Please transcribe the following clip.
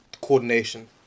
coordination